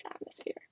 atmosphere